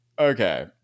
Okay